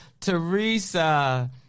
Teresa